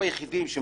זה אסור,